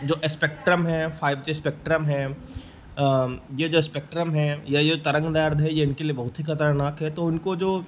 जो एस्पेक्ट्रम है five G spectrum है यह जो स्पेक्ट्रम है या यह तरंगदार्ध है यह उनके लिए बहुत ही खतरनाक है तो उनको जो